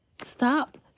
Stop